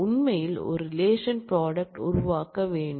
உருவாக்க வேண்டும்